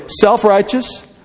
self-righteous